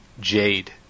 Jade